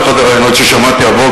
באחד הראיונות ששמעתי הבוקר,